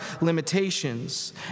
limitations